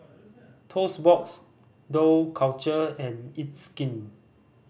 Toast Box Dough Culture and It's Skin